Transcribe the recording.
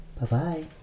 Bye-bye